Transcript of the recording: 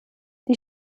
die